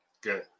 Good